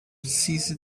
cease